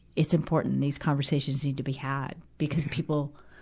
it's important, these conversations need to be had. because people,